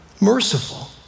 merciful